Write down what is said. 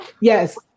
Yes